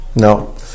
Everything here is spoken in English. No